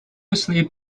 sleep